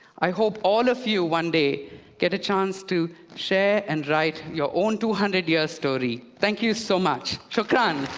i hope all of you one day get a chance to share and write your own two hundred year story. thank you so much. shukran!